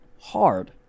Hard